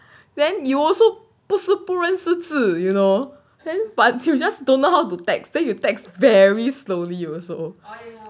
then you also 不是不认识字 you know then but you just don't know how to text then you text very slowly you also